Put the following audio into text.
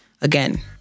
again